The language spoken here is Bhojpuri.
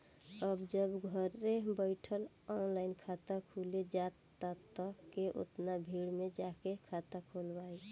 अब जब घरे बइठल ऑनलाइन खाता खुलिये जाता त के ओतना भीड़ में जाके खाता खोलवाइ